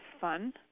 fun